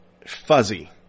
fuzzy